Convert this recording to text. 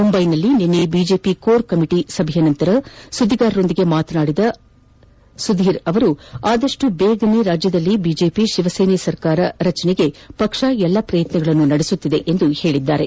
ಮುಂಬೈನಲ್ಲಿ ನಿನ್ನೆ BJP core ಸಮಿತಿ ಸಭೆಯ ನಂತರ ಸುದ್ದಿಗಾರರೊಂದಿಗೆ ಮಾತನಾದಿದ ಅವರು ಆದಷ್ಟು ಶೀಫ್ರ ರಾಜ್ಯದಲ್ಲಿ ಬಿಜೆಪಿ ಶಿವಸೇನೆ ಸರ್ಕಾರ ರಚನೆಗೆ ಪಕ್ಷ ಎಲ್ಲ ಪ್ರಯತ್ನಗಳನ್ನು ನಡೆಸುತ್ತಿದೆ ಎಂದು ಹೇಳಿದ್ದಾರೆ